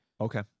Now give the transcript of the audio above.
Okay